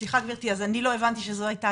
סליחה גברתי אני לא הבנתי את השאלה,